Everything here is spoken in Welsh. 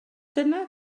dyna